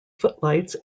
footlights